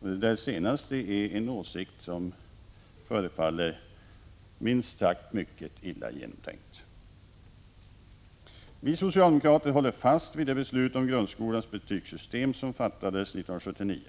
Det senaste är en åsikt som förefaller minst sagt mycket illa genomtänkt. Vi socialdemokrater håller fast vid det beslut om grundskolans betygssystem som fattades 1979.